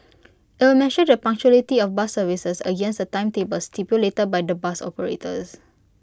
IT will measure the punctuality of bus services against the timetables stipulated by the bus operators